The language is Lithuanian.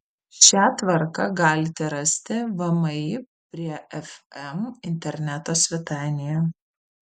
šią tvarką galite rasti vmi prie fm interneto svetainėje